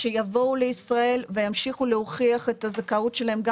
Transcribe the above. שיבואו לישראל וימשיכו להוכיח את הזכאות שלהם גם